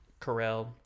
Carell